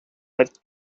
that